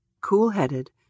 Cool-headed